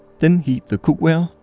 then heat the cookware,